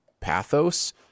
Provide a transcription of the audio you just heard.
pathos